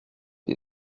des